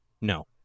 no